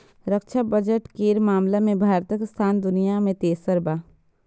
रक्षा बजट केर मामला मे भारतक स्थान दुनिया मे तेसर छै